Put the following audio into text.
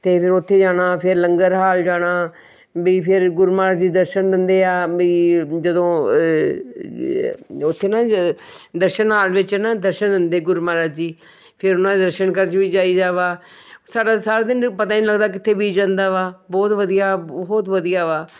ਅਤੇ ਫਿਰ ਉਥੇ ਜਾਣਾ ਫਿਰ ਲੰਗਰ ਹਾਲ ਜਾਣਾ ਵੀ ਫਿਰ ਗੁਰੂ ਮਹਾਰਾਜ ਜੀ ਦਰਸ਼ਨ ਦਿੰਦੇ ਆ ਵੀ ਜਦੋਂ ਉਥੇ ਨਾ ਜ ਦਰਸ਼ਨ ਹਾਲ ਵਿੱਚ ਨਾ ਦਰਸ਼ਨ ਦਿੰਦੇ ਗੁਰੂ ਮਹਾਰਾਜ ਜੀ ਫਿਰ ਉਹਨਾਂ ਦੇ ਦਰਸ਼ਨ ਕਰਨ ਵੀ ਜਾਈਦਾ ਵਾ ਸਾਡਾ ਸਾਰਾ ਦਿਨ ਪਤਾ ਹੀ ਨਹੀਂ ਲੱਗਦਾ ਕਿੱਥੇ ਵੀ ਜਾਂਦਾ ਵਾ ਬਹੁਤ ਵਧੀਆ ਬਹੁਤ ਵਧੀਆ ਵਾ